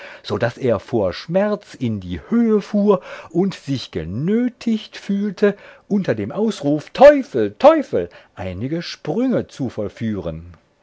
daß er vor schmerz in die höhe fuhr und sich genötigt fühlte unter dem ausruf teufel teufel einige sprünge zu verführen